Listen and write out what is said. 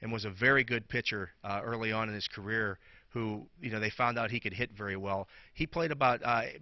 and was a very good pitcher early on in his career who you know they found out he could hit very well he played about i